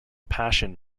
passion